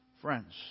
Friends